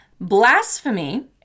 Blasphemy